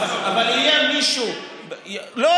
לא,